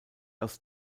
aus